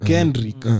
Kendrick